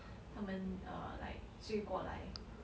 他们 err like 追过来